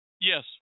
Yes